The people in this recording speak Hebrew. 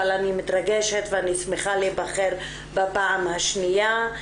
אבל אני מתרגשת ואני שמחה להיבחר בפעם השניה.